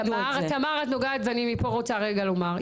תמר את נוגעת, ואני מפה רוצה רגע לומר.